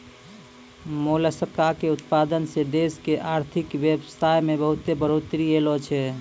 मोलसका के उतपादन सें देश के आरथिक बेवसथा में बहुत्ते बढ़ोतरी ऐलोॅ छै